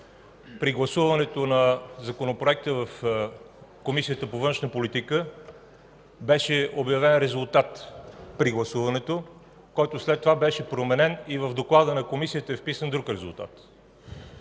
при гласуването на Законопроекта в Комисията по външна политика беше обявен резултат, който след това беше променен и в доклада на Комисията е вписан друг резултат.